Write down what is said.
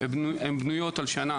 הן בנויות על שנה